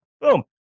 Boom